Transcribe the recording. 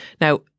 Now